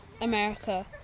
America